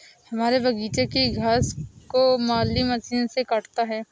हमारे बगीचे की घास को माली मशीन से काटता है